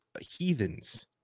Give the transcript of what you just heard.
Heathens